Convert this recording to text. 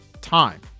time